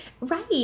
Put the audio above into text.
Right